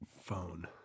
Phone